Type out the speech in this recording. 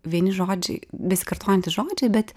vieni žodžiai besikartojantys žodžiai bet